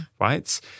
right